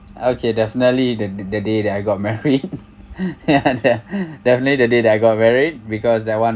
okay definitely the the day that I got married ya ya definitely the day that I got married because that [one]